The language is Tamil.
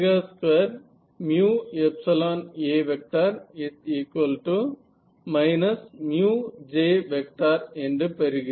2A2A Jஎன்று பெறுகிறேன்